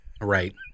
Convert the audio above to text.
right